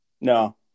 No